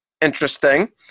interesting